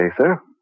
sir